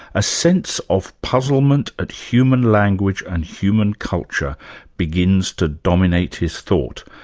a sense of puzzlement at human language and human culture begins to dominate his thought,